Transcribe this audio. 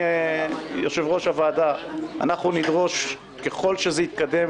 אנחנו נדרוש ככל שזה יתקדם,